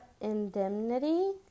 indemnity